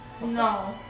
No